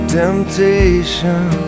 temptation